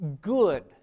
good